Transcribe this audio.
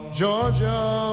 georgia